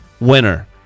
winner